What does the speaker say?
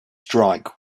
strike